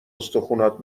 استخونات